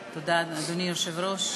תודה, אדוני היושב-ראש,